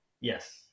yes